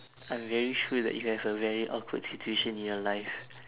I'm very sure that you have a very awkward situation in your life